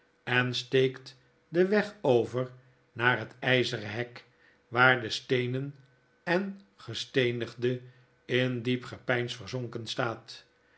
en steekt den weg over naar het yzeren hek waar de steenen en gesteenigde in diep gepeins verzonken staat